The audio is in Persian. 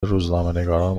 روزنامهنگاران